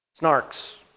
Snarks